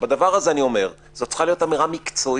בדבר הזה אני אומר שזו צריכה להיות אמירה מקצועית.